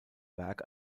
werk